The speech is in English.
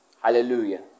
Hallelujah